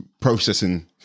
processing